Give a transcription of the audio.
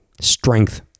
strength